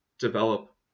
develop